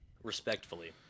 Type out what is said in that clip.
respectfully